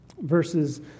Verses